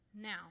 now